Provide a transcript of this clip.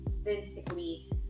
authentically